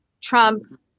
Trump